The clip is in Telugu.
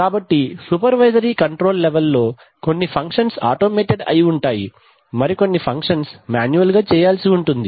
కాబట్టి సూపర్వైజరీ కంట్రోల్ లెవెల్ లో కొన్ని ఫంక్షన్స్ ఆటోమేటెడ్ అయి ఉంటాయి మరికొన్ని ఫంక్షన్స్ మాన్యువల్ గా చేయాల్సి ఉంటుంది